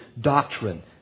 doctrine